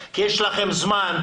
כי יש לכם זמן,